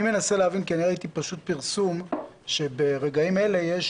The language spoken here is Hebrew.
אני מנסה להבין כי אני ראיתי פשוט פרסום שברגעים אלה יש